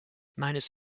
miners